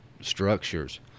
structures